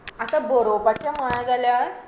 आतां बरोवपाचें म्हणलें जाल्यार